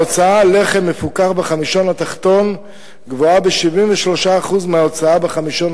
ההוצאה על לחם מפוקח בחמישון התחתון גבוהה ב-73% מההוצאה בחמישון